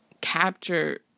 capture